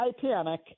Titanic